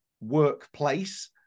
workplace